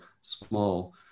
small